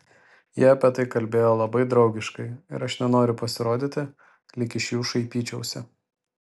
jie apie tai kalbėjo labai draugiškai ir aš nenoriu pasirodyti lyg iš jų šaipyčiausi